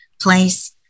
place